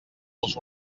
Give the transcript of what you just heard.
als